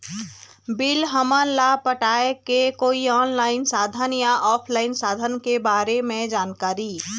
Bill हमन ला पटाए के कोई ऑनलाइन साधन या ऑफलाइन साधन के बारे मे जानकारी?